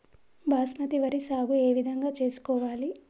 బాస్మతి వరి సాగు ఏ విధంగా చేసుకోవాలి?